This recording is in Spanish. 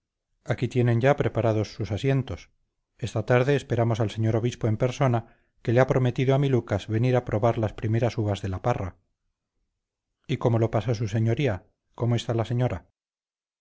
aquí tienen ya preparados sus asientos esta tarde esperamos al señor obispo en persona que le ha prometido a mi lucas venir a probar las primeras uvas de la parra y cómo lo pasa su señoría cómo está la señora